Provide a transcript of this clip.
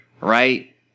right